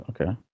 okay